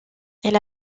elle